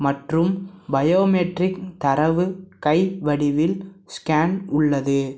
மற்றும் பயோமெட்ரிக் தரவு கை வடிவில் ஸ்கேன் உள்ளது